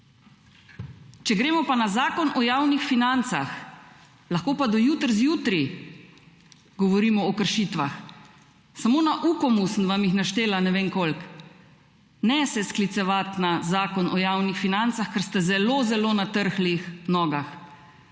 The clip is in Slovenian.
Če gremo pa na zakon o javnih financah, lahko pa do jutri zjutraj govorimo o kršitvah. Samo na Ukomu sem vam jih naštela ne vem koliko. Ne se sklicevati na zakon o javnih financah, ker ste zelo zelo na trhlih nogah.